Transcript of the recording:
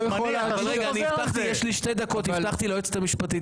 אתה שוב חוזר על זה.